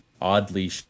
oddly